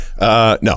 No